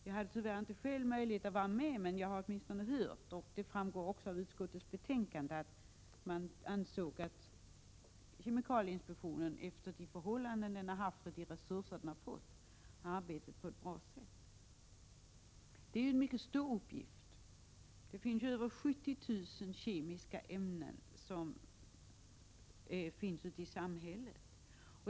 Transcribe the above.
Jag hade tyvärr inte själv möjlighet att delta i besöket, men jag har hört — och det framgår också av utskottets betänkande — att jordbruksutskottet fick uppfattningen att kemikalieinspektionen hade arbetat på ett bra sätt med hänsyn till givna förutsättningar och resurser. Kemikalieinspektionen har en mycket stor uppgift. Det finns över 70 000 kemiska ämnen ute i samhället.